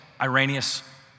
Irenaeus